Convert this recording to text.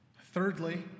Thirdly